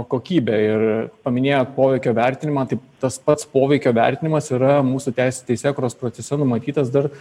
kokybė ir paminėjot poveikio vertinimą tai tas pats poveikio vertinimas yra mūsų teis teisėkūros procese numatytas dar